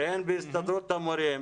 והן בהסתדרות המורים,